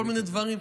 כל מיני דברים.